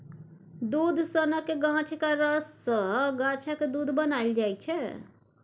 दुध सनक गाछक रस सँ गाछक दुध बनाएल जाइ छै